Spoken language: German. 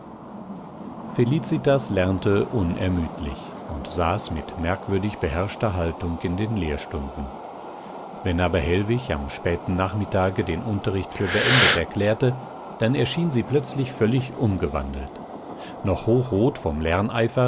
felicitas lernte unermüdlich und saß mit merkwürdig beherrschter haltung in den lehrstunden wenn aber hellwig am späten nachmittage den unterricht für beendet erklärte dann erschien sie plötzlich völlig umgewandelt noch hochrot vom